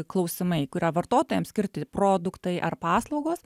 klausimai kur yra vartotojam skirti produktai ar paslaugos